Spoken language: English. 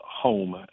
home